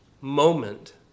moment